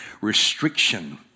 restriction